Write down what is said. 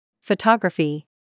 Photography